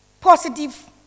positive